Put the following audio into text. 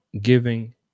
giving